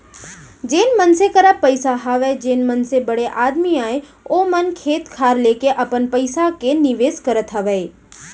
जेन मनसे करा पइसा हवय जेन मनसे बड़े आदमी अय ओ मन खेत खार लेके अपन पइसा के निवेस करत हावय